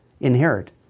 inherit